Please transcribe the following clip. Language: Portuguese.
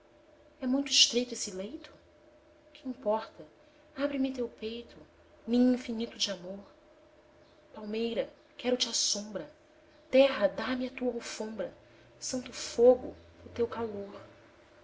é muito estreito esse leito que importa abre me teu peito ninho infinito de amor palmeira quero-te a sombra terra dá-me a tua alfombra santo fogo o teu calor